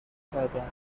کردند